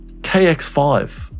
KX5